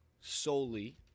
solely